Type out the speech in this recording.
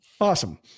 Awesome